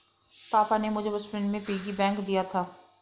पापा ने मुझे बचपन में पिग्गी बैंक दिया था